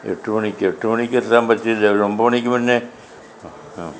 എട്ട് മണിക്ക് എട്ട് മണിക്ക് എത്താൻ പറ്റില്ല ഒരു ഒമ്പത് മണിക്ക് മുന്നെ